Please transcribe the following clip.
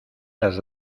las